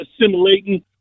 assimilating